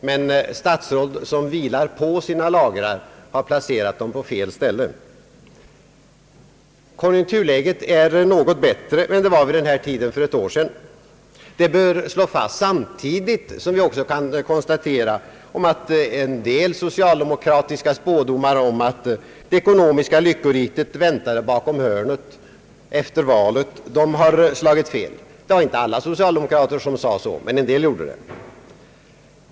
Men statsråd som vilar på sina lagrar har placerat dem på fel ställe. Konjunkturläget är nu något bättre än det var vid den här tiden för ett år sedan. Det bör slås fast, samtidigt som vi kan konstatera att socialdemokratiska spådomar efter valet om att det ekonomiska lyckoriket väntade bakom hörnet hittills har slagit fel. Det var inte alla socialdemokrater som spådde så, men en del gjorde det.